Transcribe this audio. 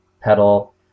pedal